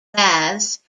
baths